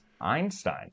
Einstein